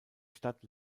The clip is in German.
stadt